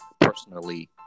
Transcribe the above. personally